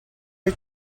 are